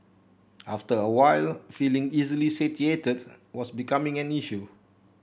after a while feeling easily satiated was becoming an issue